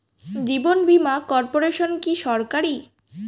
জীবন বীমা কর্পোরেশন কি সরকারি?